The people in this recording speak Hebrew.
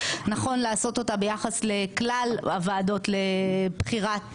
נכון לעשות אותה ביחס לכלל הוועדות לבחירת